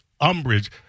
umbrage